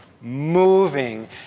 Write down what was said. moving